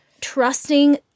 trusting